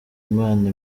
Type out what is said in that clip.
imana